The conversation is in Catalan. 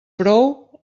prou